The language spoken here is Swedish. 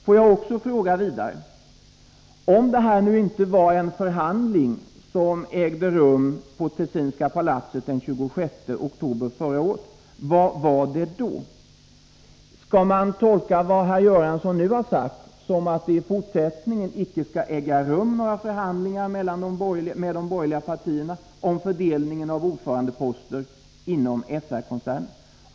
Får jag också fråga: Om det inte var en förhandling som ägde rum i Tessinska palatset den 26 oktober förra året, vad var det då? Skall man tolka det som herr Göransson nu har sagt som att det i fortsättningen icke skall äga rum några förhandlingar med de borgerliga partierna om fördelningen av ordförandeposter inom SR-koncernen?